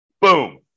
Boom